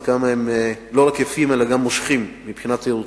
עד כמה הם לא רק יפים אלא גם מושכים מבחינה תיירותית.